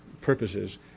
purposes